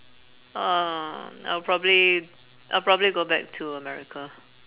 uh I'll probably I'll probably go back to america